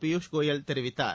பியூஷ் கோயல் தெரிவித்தார்